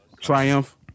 Triumph